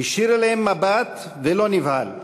הישיר אליהם מבט ולא נבהל,